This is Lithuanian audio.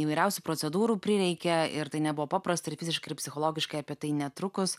įvairiausių procedūrų prireikė ir tai nebuvo paprasta ir fiziškai ir psichologiškai apie tai netrukus